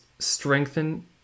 strengthen